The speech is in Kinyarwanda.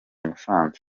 musanze